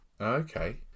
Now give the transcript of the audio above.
Okay